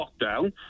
lockdown